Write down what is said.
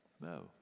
No